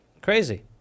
crazy